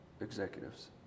executives